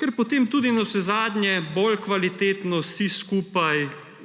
Ker potem tudi navsezadnje bolj kvalitetno